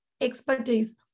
expertise